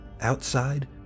Outside